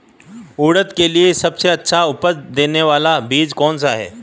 उड़द के लिए सबसे अच्छा उपज देने वाला बीज कौनसा है?